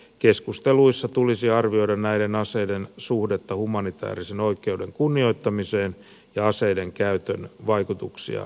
keskusteluissa tulisi arvioida näiden aseiden suhdetta humanitäärisen oikeuden kunnioittamiseen ja aseiden käytön vaikutuksia siviiliväestöön